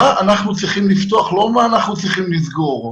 מה אנחנו צריכים לפתוח, לא מה אנחנו צריכים לסגור.